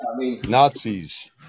Nazis